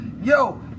yo